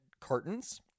cartons